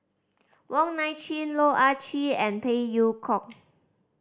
Wong Nai Chin Loh Ah Chee and Phey Yew Kok